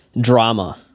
drama